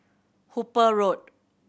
Hooper Road